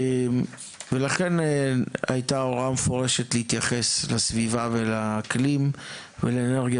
לכן הייתה הוראה מפורשת להתייחס לסביבה ולאקלים ולאנרגיה